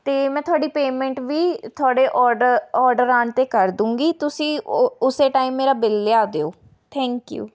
ਅਤੇ ਮੈਂ ਤੁਹਾਡੀ ਪੇਮੇਂਟ ਵੀ ਤੁਹਾਡੇ ਆਰਡਰ ਆਰਡਰ ਆਉਣ 'ਤੇ ਕਰ ਦੂੰਗੀ ਤੁਸੀਂ ਉਹ ਉਸੇ ਟਾਈਮ ਮੇਰਾ ਬਿੱਲ ਲਿਆ ਦਿਉ ਥੈਂਕ ਯੂ